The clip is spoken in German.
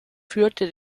führte